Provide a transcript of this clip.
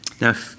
Now